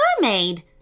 mermaid